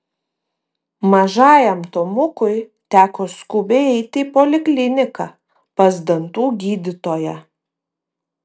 mažajam tomukui teko skubiai eiti į polikliniką pas dantų gydytoją